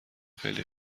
خیلی